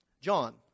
John